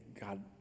God